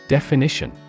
Definition